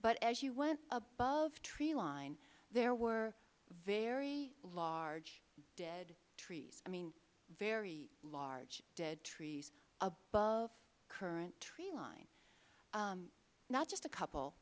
but as you went above the tree line there were very large dead trees i mean very large dead trees above current tree line not just a couple